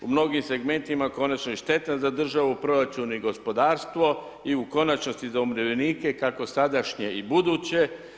U mnogim segmentima konačno je štetan za državu, proračun i gospodarstvo i u konačnici za umirovljenike, kako sadašnje i buduće.